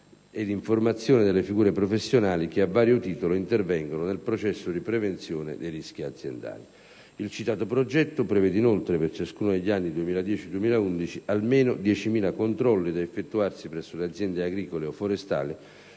ed informazione delle figure professionali che, a vario titolo, intervengono nel processo di prevenzione dei rischi aziendali. Il citato progetto prevede inoltre, per ciascuno degli anni 2010 e 2011, almeno 10.000 controlli da effettuarsi presso le aziende agricole o forestali,